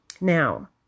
Now